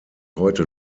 heute